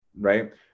Right